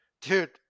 Dude